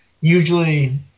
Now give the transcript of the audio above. usually